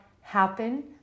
happen